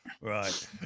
Right